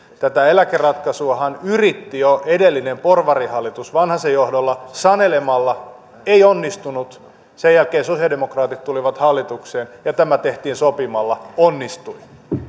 tätä eläkeratkaisuahan yritti jo edellinen porvarihallitus vanhasen johdolla sanelemalla ei onnistunut sen jälkeen sosialidemokraatit tulivat hallitukseen ja tämä tehtiin sopimalla onnistui